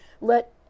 let